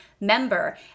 Member